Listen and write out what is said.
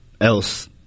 else